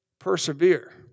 persevere